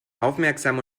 aufmerksam